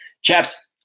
chaps